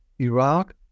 Iraq